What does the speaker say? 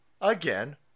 again